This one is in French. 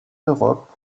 europe